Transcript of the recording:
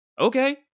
Okay